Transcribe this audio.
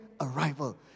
arrival